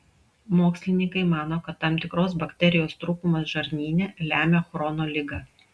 mokslininkai mano kad tam tikros bakterijos trūkumas žarnyne lemia chrono ligą